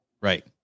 Right